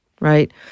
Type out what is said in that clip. right